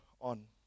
on